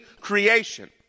creation